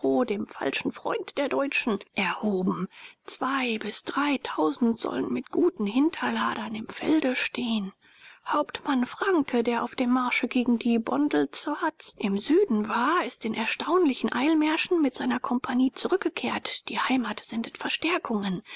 dem falschen freund der deutschen erhoben zwei bis dreitausend sollen mit guten hinterladern im felde stehen hauptmann francke der auf dem marsche gegen die bondelzwarts im süden war ist in erstaunlichen eilmärschen mit seiner kompagnie zurückgekehrt die heimat sendet verstärkungen